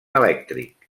elèctric